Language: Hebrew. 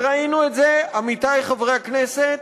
וראינו את זה, עמיתי חברי הכנסת,